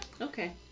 Okay